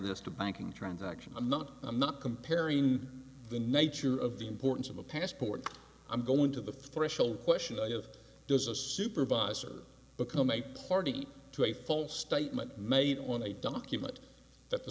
this to banking transaction i'm not i'm not comparing the nature of the importance of a passport i'm going to the threshold question of does a supervisor become a party to a false statement made on a document that the